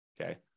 okay